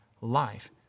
life